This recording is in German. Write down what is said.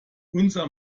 unser